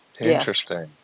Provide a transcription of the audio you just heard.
Interesting